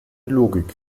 logik